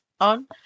on